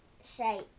say